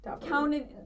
counted